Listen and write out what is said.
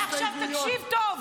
עכשיו תקשיב טוב.